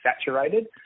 saturated